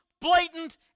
blatant